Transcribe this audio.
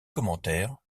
commentaire